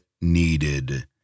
needed